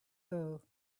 though